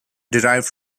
derived